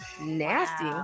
nasty